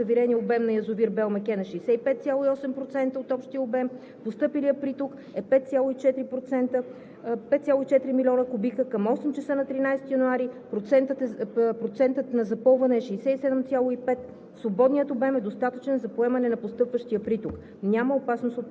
Каскада „Белмекен – Сестримо – Момина Клисура“. Към 8,00 ч. на 1 януари завиреният обем на язовир „Белмекен“ е 65,8% от общия обем, постъпилият приток е 5,4 милиона кубика. Към 8,00 ч. на 13 януари процентът на запълване е 67,4,